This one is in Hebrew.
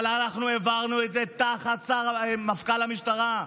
אבל אנחנו העברנו את זה תחת מפכ"ל המשטרה,